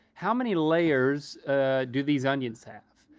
how many layers do these onions have?